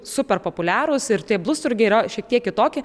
super populiarūs ir tie blusturgiai irgi yra šiek tiek kitokie